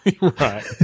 Right